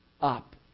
up